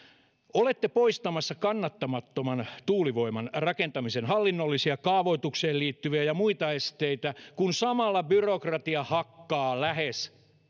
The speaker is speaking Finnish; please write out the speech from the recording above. olette poistamassa kannattamattoman tuulivoiman rakentamisen hallinnollisia kaavoitukseen liittyviä ja muita esteitä kun samalla byrokratia hakkaa lähes